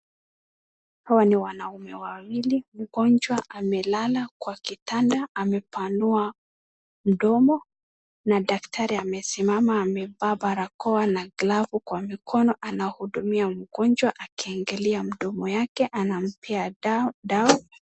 Hawa ni wanaume wawili , mgonjwa amelala kwa kitanda amepanua mdomo , na daktari amesimama amevaa barakoa na glavu kwa mkono anahudumia mgonjwa akiangalia mdomo yake anampea dawa .